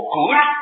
good